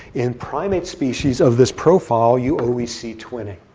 in primate species of this profile, you always see twinning.